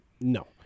No